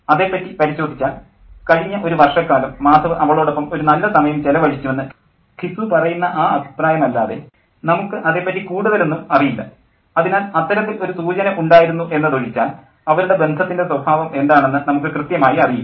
അതേപ്പറ്റി പരിശോധിച്ചാൽ കഴിഞ്ഞ ഒരു വർഷക്കാലം മാധവ് അവളോടൊപ്പം ഒരു നല്ല സമയം ചെലവഴിച്ചുവെന്ന് ഘിസു പറയുന്ന ആ അഭിപ്രായമല്ലാതെ നമുക്ക് അതേപ്പറ്റി കൂടുതലൊന്നും അറിയില്ല അതിനാൽ അത്തരത്തിൽ ഒരു സൂചന ഉണ്ടായിരുന്നു എന്നതൊഴിച്ചാൽ അവരുടെ ബന്ധത്തിൻ്റെ സ്വഭാവം എന്താണെന്ന് നമുക്ക് കൃത്യമായി അറിയില്ല